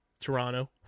Toronto